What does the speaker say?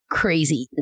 crazy